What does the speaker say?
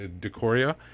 Decoria